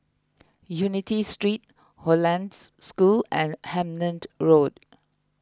Unity Street Hollandse School and Hemmant Road